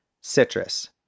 citrus